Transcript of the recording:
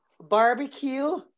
barbecue